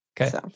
Okay